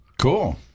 Cool